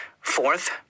Fourth